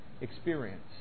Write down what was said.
experience